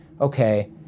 okay